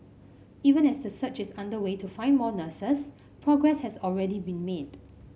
even as the search is underway to find more nurses progress has already been made